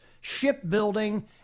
shipbuilding